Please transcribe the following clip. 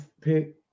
pick